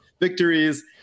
victories